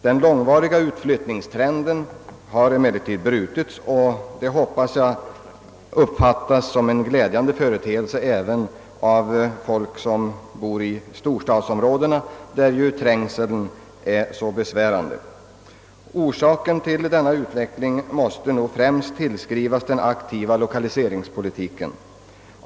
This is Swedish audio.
Den långvariga utflyttningstrenden har emellertid brutits, och det hoppas jag uppfattas som en glädjande företeelse även av folk som bor i storstadsområdena, där ju trängseln och köerna är så besvärande. Orsaken till denna utveckling måste nog främst tillskrivas den aktiva lokaliseringspolitiken.